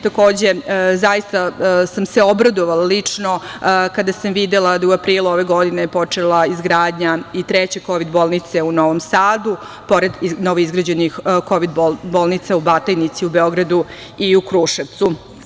Takođe, zaista sam se obradovala lično kada sam videla da u aprilu ove godine je počela izgradnja i treće kovid bolnice u Novom Sadu, pored novoizgrađenih kovid bolnica u Batajnici u Beogradu i u Kruševcu.